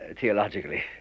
theologically